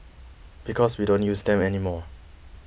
because we don't use them any more